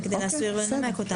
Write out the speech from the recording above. אותן.